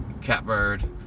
catbird